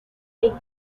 faith